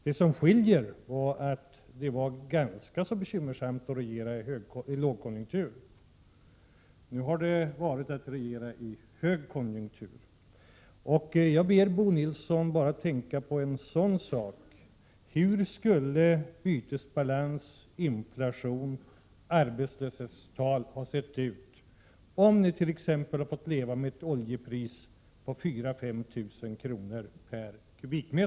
Det som skiljer är att det var ganska bekymmersamt att regera i lågkonjunktur. Nu har regeringen regerat i högkonjunktur. Jag ber Bo Nilsson bara tänka på en sådan sak: hur skulle bytesbalans, inflation och arbetslöshetstal ha sett ut om ni hade fått leva med ett oljepris på exempelvis 4 000—5 000 kr./m??